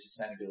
sustainability